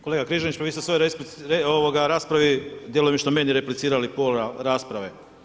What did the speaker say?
Kolega Križanić, vi ste po svojoj raspravi djelomično meni replicirali pola rasprave.